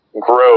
grow